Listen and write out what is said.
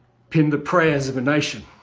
pinnedthe prayers of a nationi